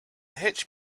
hitch